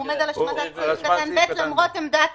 הוא עומד על השמטת סעיף קטן (ב) למרות עמדת